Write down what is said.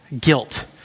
Guilt